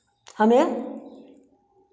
हमें